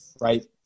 right